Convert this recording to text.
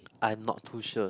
I'm not too sure